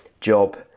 job